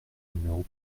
numéro